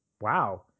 wow